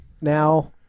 now